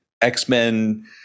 x-men